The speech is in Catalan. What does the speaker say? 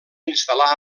instal·lar